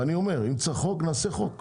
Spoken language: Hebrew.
אם צריך נחוקק חוקק.